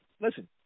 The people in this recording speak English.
listen